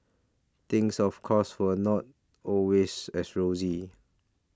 things of course were not always as rosy